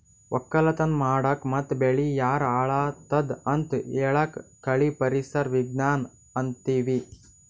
ವಕ್ಕಲತನ್ ಮಾಡಕ್ ಮತ್ತ್ ಬೆಳಿ ಯಾಕ್ ಹಾಳಾದತ್ ಅಂತ್ ಹೇಳಾಕ್ ಕಳಿ ಪರಿಸರ್ ವಿಜ್ಞಾನ್ ಅಂತೀವಿ